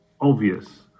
obvious